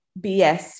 BS